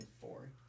four